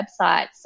websites